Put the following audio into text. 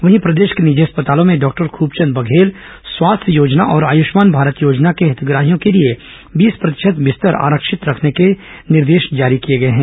वहीं प्रदेश के निजी अस्पतालों में डॉक्टर खूबचंद बघेल स्वास्थ्य योजना और आयुष्मान भारत योजना के हितग्राहियों के लिए बीस प्रतिशत बिस्तर आरक्षित रखने के निर्देश जारी किए गए हैं